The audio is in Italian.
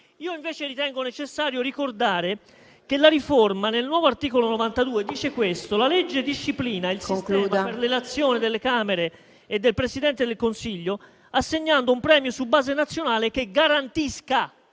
comunque, ritengo necessario ricordare che la riforma, nel nuovo articolo 92, dice che la legge disciplina il sistema per l'elezione delle Camere e del Presidente del Consiglio, assegnando un premio su base nazionale che garantisca